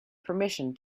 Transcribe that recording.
permission